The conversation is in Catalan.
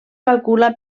calcula